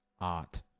art